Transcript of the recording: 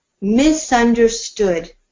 misunderstood